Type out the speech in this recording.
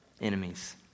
enemies